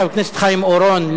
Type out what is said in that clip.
חבר הכנסת חיים אורון.